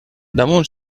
damunt